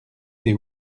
des